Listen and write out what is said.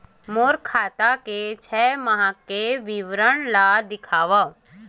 मोर खाता के छः माह के विवरण ल दिखाव?